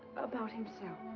about himself.